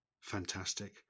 fantastic